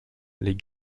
les